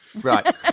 Right